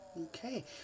Okay